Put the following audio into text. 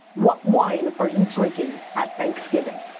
what wine are you drinking at thanksgiving?